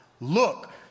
Look